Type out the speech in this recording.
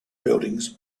buildings